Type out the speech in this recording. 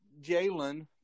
Jalen